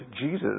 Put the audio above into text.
Jesus